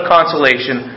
Consolation